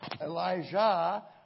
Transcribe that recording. Elijah